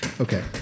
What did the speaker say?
Okay